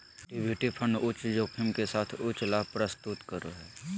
equity fund उच्च जोखिम के साथ उच्च लाभ प्रस्तुत करो हइ